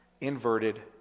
inverted